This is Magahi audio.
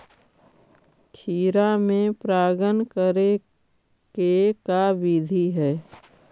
खिरा मे परागण करे के का बिधि है?